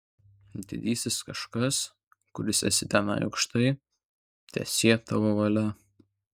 didysis kažkas kuris esi ten aukštai teesie tavo valia